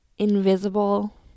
invisible